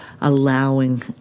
allowing